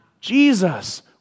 Jesus